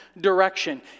direction